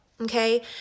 Okay